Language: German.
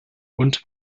und